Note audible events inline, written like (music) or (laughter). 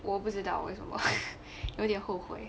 我不知道为什么 (breath) 有点后悔